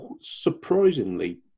surprisingly